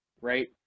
right